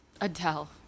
Adele